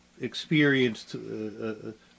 experienced